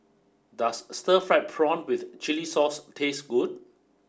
does Stir Fried Prawn with Chili Sauce taste good